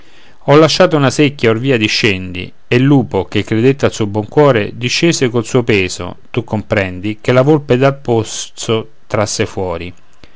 ho lasciata una secchia orvia discendi e il lupo che credette al suo buon cuore discese e col suo peso tu comprendi che la volpe dal pozzo trasse fuore